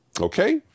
Okay